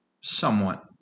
somewhat